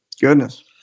goodness